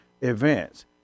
events